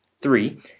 Three